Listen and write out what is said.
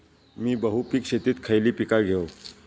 मी बहुपिक शेतीत खयली पीका घेव?